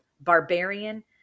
barbarian